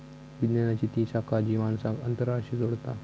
विज्ञानाची ती शाखा जी माणसांक अंतराळाशी जोडता